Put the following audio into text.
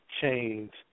change